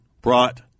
brought